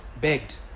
begged